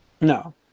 no